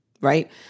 right